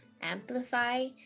amplify